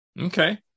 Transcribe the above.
Okay